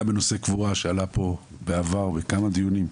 בנושא קבורה שעלה פה בעבר בכמה דיונים,